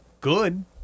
good